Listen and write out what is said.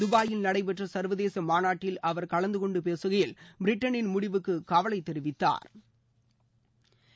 தபாயில் நடைபெற்ற சர்வதேச மாநாட்டில் அவர் கலந்துகொண்டு பேசுகையில் பிரிட்டனின் முடிவுக்கு கவலை தெரிவித்தாா்